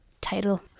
title